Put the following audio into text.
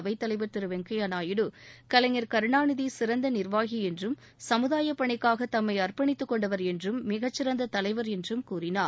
அவைத்தலைவர் திரு வெங்கையா நாயுடு கலைஞர் கருணாநிதி சிறந்த நிர்வாகி என்றும் சமுதாயப் பணிக்காக தம்மை அர்ப்பணித்துக் கொண்டவர் என்றும் மிகச்சிறந்த தலைவர் என்றும் கூறினார்